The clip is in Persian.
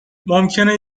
ممکنه